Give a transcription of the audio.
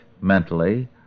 mentally